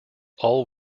all